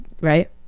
right